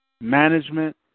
management